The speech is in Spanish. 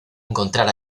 encontrar